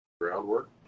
groundwork